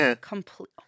Complete